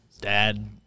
dad